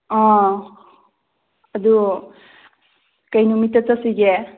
ꯑꯥ ꯑꯗꯨ ꯀꯩ ꯅꯨꯃꯤꯠꯇ ꯆꯠꯁꯤꯒꯦ